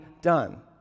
done